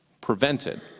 prevented